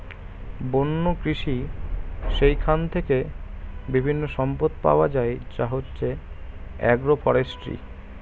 বন্য কৃষি যেইখান থেকে বিভিন্ন সম্পদ পাওয়া যায় যা হচ্ছে এগ্রো ফরেষ্ট্রী